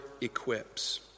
equips